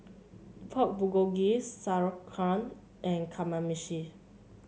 Pork Bulgogi Sauerkraut and Kamameshi